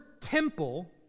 temple